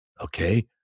Okay